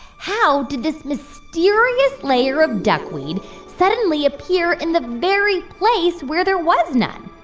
how did this mysterious layer of duckweed suddenly appear in the very place where there was none?